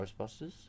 Ghostbusters